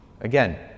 Again